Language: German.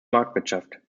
marktwirtschaft